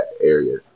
area